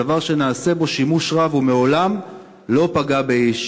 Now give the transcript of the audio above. דבר שנעשה בו שימוש רב ומעולם לא פגע באיש.